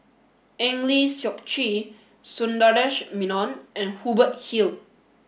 Eng Lee Seok Chee Sundaresh Menon and Hubert Hill